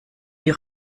die